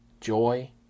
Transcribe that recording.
joy